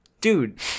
Dude